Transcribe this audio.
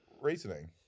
reasoning